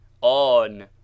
on